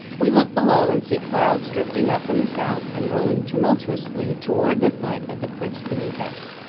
we look below and see clouds drifting up from the south and rolling tumultuously toward the foot of the cliffs beneath us.